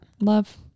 love